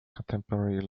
contemporary